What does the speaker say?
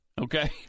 Okay